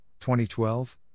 2012